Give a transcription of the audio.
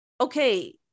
okay